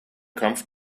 kampf